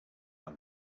that